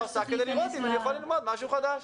עושה כדי לראות אם אני יכול ללמוד משהו חדש.